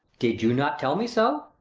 did you not tell me so?